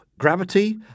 gravity